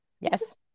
yes